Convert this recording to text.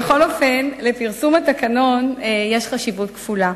בכל אופן, לפרסום התקנון יש חשיבות כפולה.